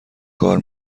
کار